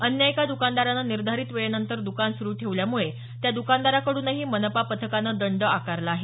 अन्य एका द्कानदारानं निर्धारित वेळेनंतर द्कान सुरू ठेवल्यामुळं त्या दकानदाराकडूनही मनपा पथकानं दंड आकारला आहे